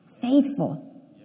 Faithful